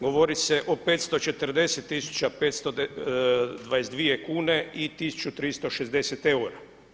Govori se od 540 tisuća, 522 kune i 1360 eura.